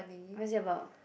what is it about